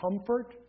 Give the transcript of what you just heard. comfort